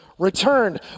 Returned